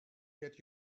get